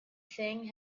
thing